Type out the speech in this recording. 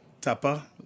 Tapa